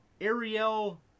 Ariel